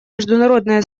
международное